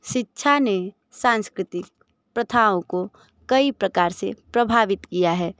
शिक्षा ने सांस्कृतिक प्रथाओं को कई प्रकार से प्रभावित किया है